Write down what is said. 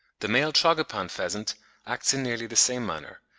the male tragopan pheasant acts in nearly the same manner,